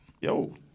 Yo